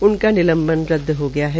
उनका निलंबन रद्द हो गया है